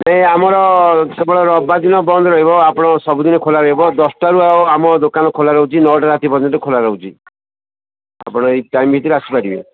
ନାହିଁ ଆମର କେବଳ ରବିବାର ଦିନ ବନ୍ଦ ରହିବ ଆପଣ ସବୁଦିନ ଖୋଲା ରହିବ ଦଶଟାରୁ ଆମ ଦୋକାନ ଖୋଲା ରହୁଛି ନଅଟା ରାତି ପର୍ଯ୍ୟନ୍ତ ଖୋଲା ରହୁଛି ଆପଣ ଏଇ ଟାଇମ୍ ଭିତରେ ଆସିପାରିବେ